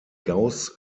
gauß